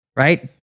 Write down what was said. Right